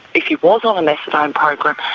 if he was on a methadone program,